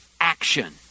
action